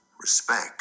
respect